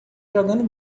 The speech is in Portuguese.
jogando